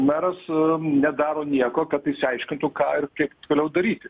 meras nedaro nieko kad išsiaiškintų ką ir kaip toliau daryti